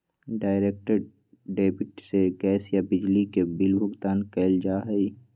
direct debit से gas या बिजली के बिल भुगतान कइल जा हई